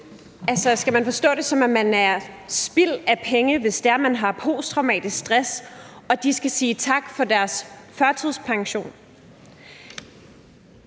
Skal jeg forstå det sådan, at man er spild af penge, hvis det er, man har posttraumatisk stress, og at man skal sige tak for sin førtidspension?